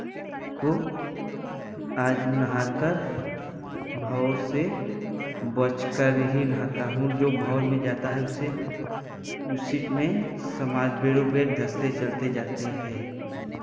को आज नहा कर भवोर से बचकर ही नहाता हूँ जो भवोर में जाता है उसे उसी में समाज बेरो बेर धसते चलते जाते हैं